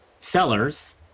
sellers